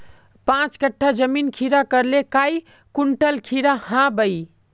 पाँच कट्ठा जमीन खीरा करले काई कुंटल खीरा हाँ बई?